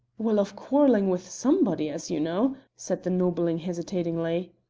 well, of quarrelling with somebody, as you know, said the nobleman hesitatingly.